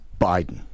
Biden